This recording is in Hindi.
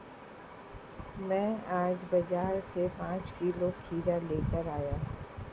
मैं आज बाजार से पांच किलो खीरा लेकर आया